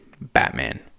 Batman